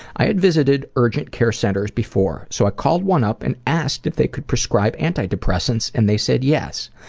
i had visited urgent care centers before, so i called one up and asked if they could prescribe antidepressants, and they said yes.